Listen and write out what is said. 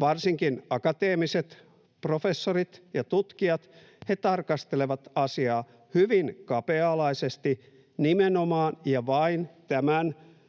varsinkin akateemiset professorit ja tutkijat, tarkastelevat asiaa hyvin kapea-alaisesti, nimenomaan ja vain tämän